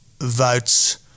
votes